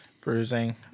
Bruising